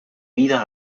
vida